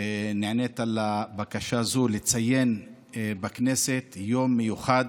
נענית לבקשה זו לציין בכנסת יום מיוחד,